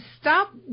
stop